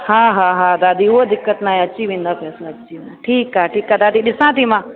हा हा हा दादी उहो दिक़तु न आहे अची वेंदा पैसा अची वेंदा ठीकु आहे ठीकु आहे दादी ॾिसां थी मां